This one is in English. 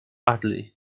ugly